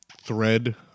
thread